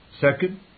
Second